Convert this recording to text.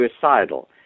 suicidal